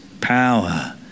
power